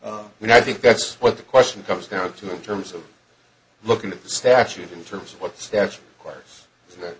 when i think that's what the question comes down to in terms of looking at the statute in terms of what the statute requires so that